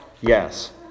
Yes